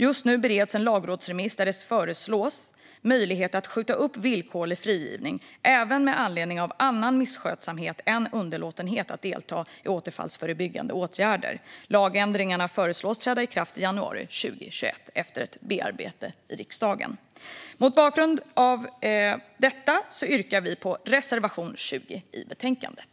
Just nu bereds en lagrådsremiss där det föreslås möjlighet att skjuta upp villkorlig frigivning, även med anledning av annan misskötsamhet än underlåtenhet att delta i återfallsförebyggande åtgärder. Lagändringarna föreslås träda i kraft i januari 2021 efter bearbetning i riksdagen. Mot bakgrund av detta yrkar jag bifall till reservation 20 i betänkandet.